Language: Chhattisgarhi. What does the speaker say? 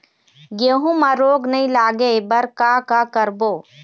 गेहूं म रोग नई लागे बर का का करबो?